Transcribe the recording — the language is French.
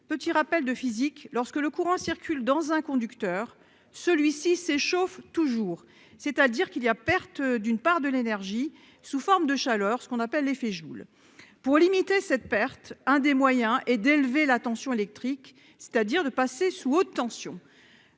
petit rappel de physique lorsque le courant circule dans un conducteur, celui-ci s'échauffe toujours, c'est-à-dire qu'il y a perte d'une part de l'énergie sous forme de chaleur, ce qu'on appelle l'effet Joule pour limiter cette perte, un des moyens et d'élever la tension électrique, c'est-à-dire de passer sous haute tension